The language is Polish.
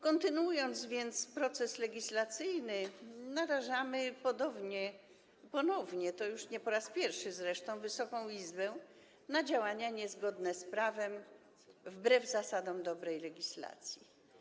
Kontynuując więc proces legislacyjny, narażamy ponownie, i to już nie po raz pierwszy zresztą, Wysoką Izbę na działania niezgodne z prawem, wbrew zasadom dobrej legislacji.